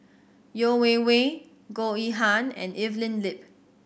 Yeo Wei Wei Goh Yihan and Evelyn Lip